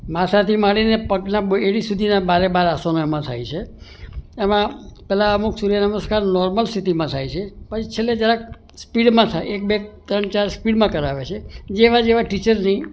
માથાથી માંડીને પગનાં એડી સુધીનાં બારેબાર આસનો એમાં થાય છે એમાં પહેલાં અમુક સૂર્ય નમસ્કાર નોર્મલ સ્થિતિમાં થાય છે પછી છેલ્લે જરાક સ્પીડમાં થાય એક બે ત્રણ ચાર સ્પીડમાં કરાવે છે જેવા જેવા ટીચર્સની